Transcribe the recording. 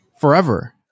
forever